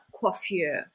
coiffure